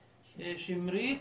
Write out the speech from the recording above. שמרית.